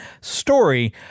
story